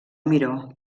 miró